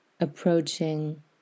approaching